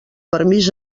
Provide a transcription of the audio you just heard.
permís